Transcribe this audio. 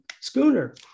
schooner